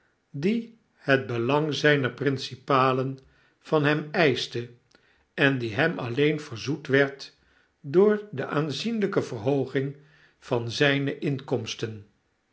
dien het belang zyner principalen van hem eischte en die hem alleen verzoet werd door de aanzienlijke verhooging van zyne inkomsten